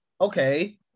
okay